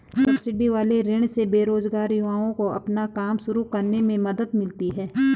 subsidy वाले ऋण से बेरोजगार युवाओं को अपना काम शुरू करने में मदद मिलती है